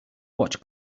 watch